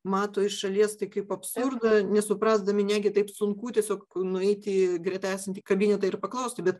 mato iš šalies tai kaip absurdą nesuprasdami negi taip sunku tiesiog nueit į greta esantį kabinetą ir paklausti bet